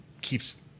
keeps